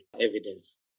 evidence